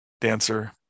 dancer